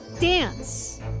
dance